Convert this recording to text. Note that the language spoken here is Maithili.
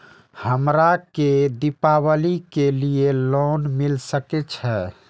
हमरा के दीपावली के लीऐ लोन मिल सके छे?